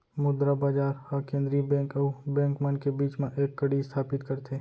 मुद्रा बजार ह केंद्रीय बेंक अउ बेंक मन के बीच म एक कड़ी इस्थापित करथे